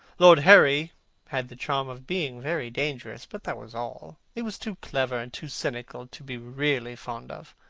lord henry had the charm of being very dangerous. but that was all. he was too clever and too cynical to be really fond of.